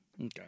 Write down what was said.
Okay